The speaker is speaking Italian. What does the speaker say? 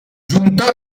giunta